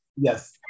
Yes